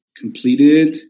completed